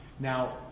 Now